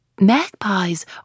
Magpies